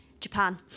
Japan